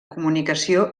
comunicació